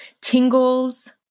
tingles